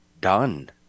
done